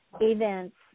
events